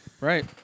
Right